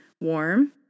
warm